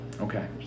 Okay